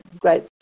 great